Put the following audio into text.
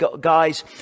guys